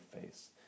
face